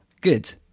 Good